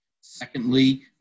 Secondly